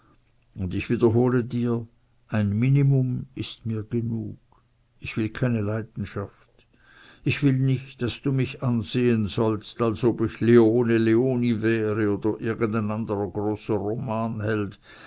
und ich wiederhole dir ein minimum ist mir genug ich will keine leidenschaft ich will nicht daß du mich ansehen sollst als ob ich leone leoni wär oder irgend ein anderer großer